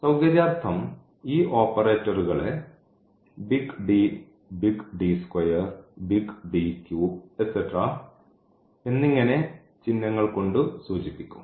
സൌകര്യാർത്ഥം ഈ ഓപ്പറേറ്റർകളെ എന്നിങ്ങനെ ചിഹ്നങ്ങൾ കൊണ്ടു സൂചിപ്പിക്കും